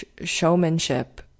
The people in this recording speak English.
showmanship